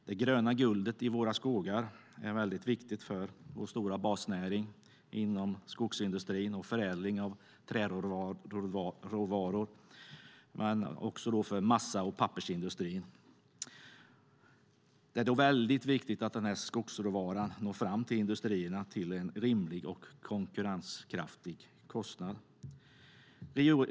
Det gröna guldet i våra skogar är väldigt viktigt för vår stora basnäring inom skogsindustrin och förädlingen av träråvaror men också för massa och pappersindustrin. Det är då väldigt viktigt att skogsråvaran når fram till industrierna till en rimlig och konkurrenskraftig kostnad.